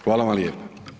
Hvala vam lijepa.